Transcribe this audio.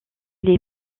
les